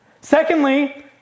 Secondly